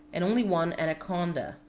and only one anaconda.